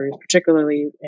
particularly